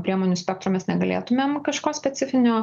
priemonių spektro mes negalėtumėm kažko specifinio